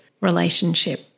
relationship